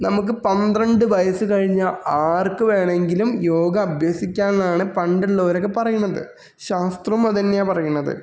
നമുക്ക് പന്ത്രണ്ട് വയസ്സ് കഴിഞ്ഞ ആർക്ക് വേണമെങ്കിലും യോഗ അഭ്യസിക്കാന്നാണ് പണ്ട് ഉള്ളോരൊക്കെ പറയുന്നുണ്ട് ശാസ്ത്രം അതന്യ പറയണത്